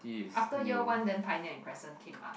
after year one then Pioneer and Crescent came up